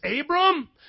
Abram